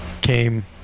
came